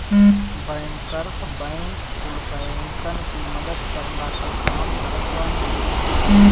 bankers bank कुल बैंकन की मदद करला के काम करत बाने